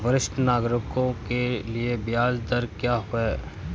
वरिष्ठ नागरिकों के लिए ब्याज दर क्या हैं?